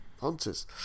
hunters